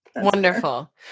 Wonderful